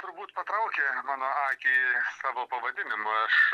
turbūt patraukė mano akį savo pavadinimu aš